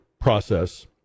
process